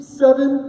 seven